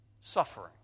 suffering